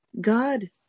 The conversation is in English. God